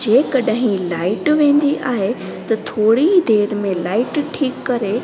जेकॾहिं लाइट वेंदी आहे त थोरी ई देर में लाइट ठीकु करे